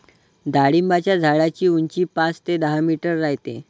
डाळिंबाच्या झाडाची उंची पाच ते दहा मीटर राहते